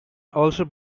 also